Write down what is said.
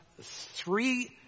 three